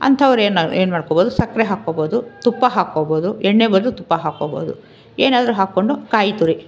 ಅಂಥವ್ರೇನು ಏನು ಮಾಡ್ಕೋಬೋದು ಸಕ್ಕರೆ ಹಾಕ್ಕೊಬೋದು ತುಪ್ಪ ಹಾಕ್ಕೊಬೋದು ಎಣ್ಣೆ ಬದಲು ತುಪ್ಪ ಹಾಕ್ಕೊಬೋದು ಏನಾದರೂ ಹಾಕ್ಕೊಂಡು ಕಾಯಿ ತುರಿ